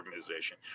organization